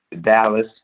Dallas